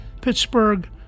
Pittsburgh